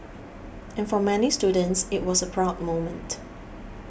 and for many students it was a proud moment